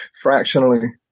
fractionally